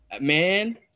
Man